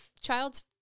child's